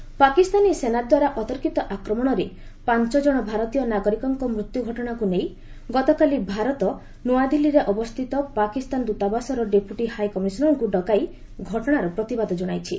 India Pak Pakistani ସେନା ଦ୍ୱାରା ଅତର୍କିତ ଆକ୍ରମଣରେ ପାଞ୍ଚ ଜଣ ଭାରତୀୟ ନାଗରିକଙ୍କ ମୃତ୍ୟୁ ଘଟଣାକୁ ନେଇ ଗତକାଲି ଭାରତ ନୂଆଦିଲ୍ଲୀରେ ଅବସ୍ଥିତ ପାକିସ୍ତାନ ଦୂତାବାସର ଡେପୁଟି ହାଇ କମିଶନର୍ଙ୍କୁ ଡକାଇ ଘଟଣାର ପ୍ରତିବାଦ ଜଣାଇଛି